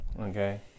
okay